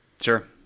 Sure